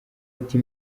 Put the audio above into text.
ati